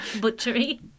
Butchery